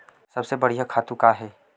सबले बढ़िया खातु का हे?